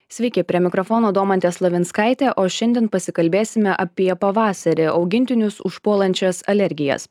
sveiki prie mikrofono domantė slavinskaitė o šiandien pasikalbėsime apie pavasarį augintinius užpuolančias alergijas